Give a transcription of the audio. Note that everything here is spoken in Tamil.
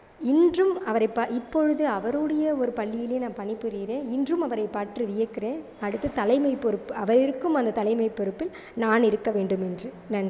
இன்றும் அவரை பார் இப்பொழுது அவருடைய ஒரு பள்ளியில் நான் பணிபுரிகிறேன் இன்றும் அவரை பாற்று வியக்கிறேன் அடுத்து தலைமை பொறுப்பு அவர் இருக்கும் அந்த தலைமை பொறுப்பில் நான் இருக்க வேண்டுமென்று நன்றி